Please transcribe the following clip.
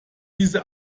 diese